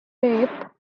rape